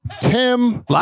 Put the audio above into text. Tim